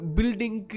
Building